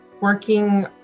working